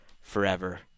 forever